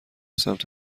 سمت